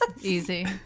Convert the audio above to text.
Easy